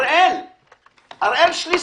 הראל שליסל,